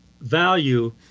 value